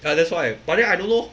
ya that's why but then I don't know